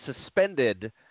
suspended